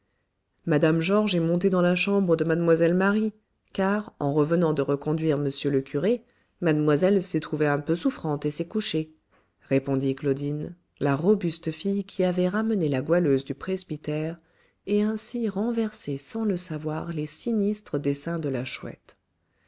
mme georges est montée dans la chambre de mlle marie car en revenant de reconduire m le curé mademoiselle s'est trouvée un peu souffrante et s'est couchée répondit claudine la robuste fille qui avait ramené la goualeuse du presbytère et ainsi renversé sans le savoir les sinistres desseins de la chouette